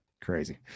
crazy